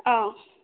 অ